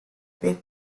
big